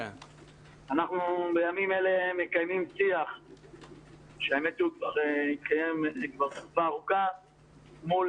אנחנו מקיימים שיח כבר תקופה ארוכה מול